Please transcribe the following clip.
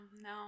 no